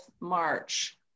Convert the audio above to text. March